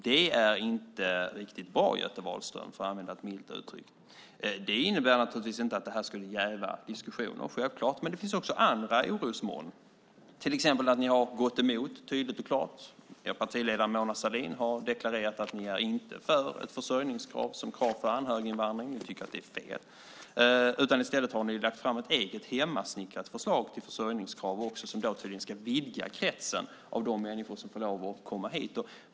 Det är inte riktigt bra, Göte Wahlström, för att använda ett milt uttryck. Det innebär naturligtvis inte att det här skulle jäva diskussionen. Men det finns också andra orosmoln, till exempel att er partiledare Mona Sahlin har deklarerat att ni inte är för ett försörjningskrav för anhöriginvandring. Ni tycker att det är fel. I stället har ni lagt fram ett eget hemmasnickrat förslag till försörjningskrav som tydligen ska vidga kretsen av människor som får lov att komma hit.